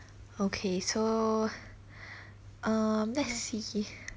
okay so um let's see